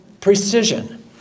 precision